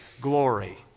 glory